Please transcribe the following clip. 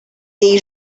jej